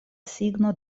signo